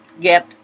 get